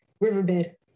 Riverbed